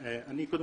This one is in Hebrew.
היושב-ראש.